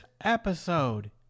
episode